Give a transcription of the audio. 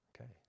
Okay